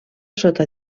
sota